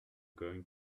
going